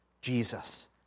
Jesus